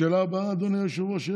שאלה הבאה, אדוני היושב-ראש.